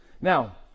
Now